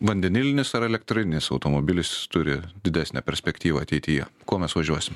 vandenilinis ar elektrinis automobilis turi didesnę perspektyvą ateityje kuo mes važiuosime